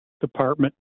department